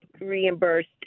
reimbursed